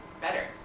better